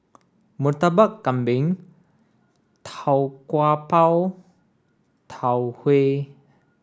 Murtabak Kambing Tau Kwa Pau Tau Huay